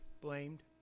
blamed